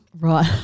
right